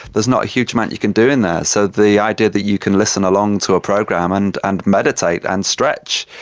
there's not a huge amount you can do in there, so the idea that you can listen along to a program and and meditate and stretch,